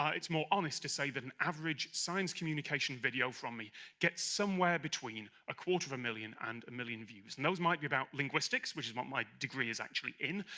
um it's more honest to say that an average science communication video from me gets somewhere between a quarter of a million and a million views. and those might be about linguistics, which is what my degree is actually in.